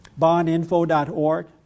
bondinfo.org